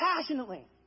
passionately